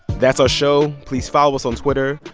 that's our show. please follow us on twitter.